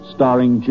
starring